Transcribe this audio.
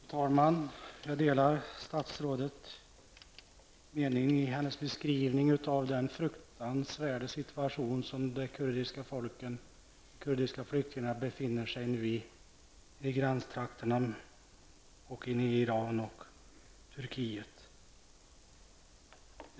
Fru talman! Jag delar statsrådets mening i hennes beskrivning av den fruktansvärda situation som det kurdiska folket och de kurdiska flyktingarna i gränstrakterna, inne i Iran och i Turkiet nu befinner sig i.